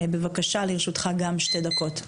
בבקשה, לרשותך גם שתי דקות.